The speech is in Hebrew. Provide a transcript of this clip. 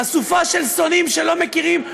אתה רוצה אולי לשלול את האפשרות שלי לדבר?